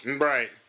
Right